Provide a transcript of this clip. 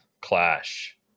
clash